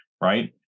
right